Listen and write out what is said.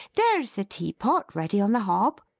there's the teapot, ready on the hob!